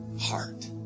heart